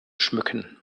schmücken